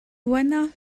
beuno